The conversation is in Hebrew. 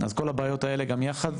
אז כל הבעיות האלה גם יחד,